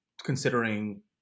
considering